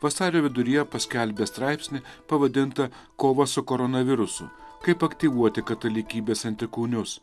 vasario viduryje paskelbė straipsnį pavadintą kova su koronavirusu kaip aktyvuoti katalikybės antikūnius